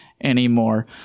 anymore